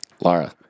Laura